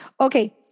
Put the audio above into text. Okay